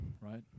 right